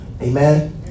Amen